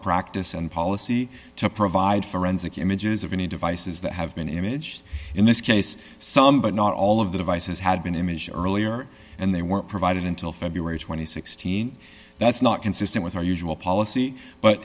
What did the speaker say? practice and policy to provide forensic images of any devices that have been image in this case some but not all of the devices had been image earlier and they were provided until february two thousand and sixteen that's not consistent with our usual policy but